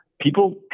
people